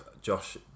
Josh